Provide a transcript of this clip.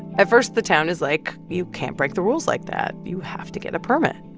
at first, the town is like, you can't break the rules like that. you have to get a permit.